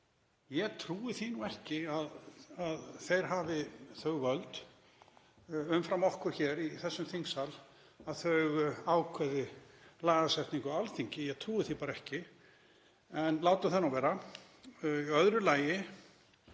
Ég trúi því ekki að þeir hafi þau völd umfram okkur hér í þessum þingsal að þeir ákveði lagasetningu á Alþingi, ég trúi því bara ekki. En látum það nú vera. Í öðru lagi